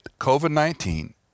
COVID-19